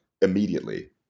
immediately